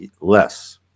less